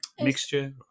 mixture